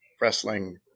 wrestling